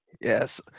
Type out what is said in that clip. yes